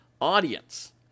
audience